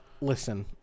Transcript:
listen